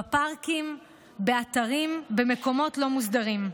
בפארקים, באתרים, במקומות לא מוסדרים.